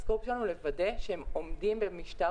ה-scope שלנו לוודא שהם עומדים במשטר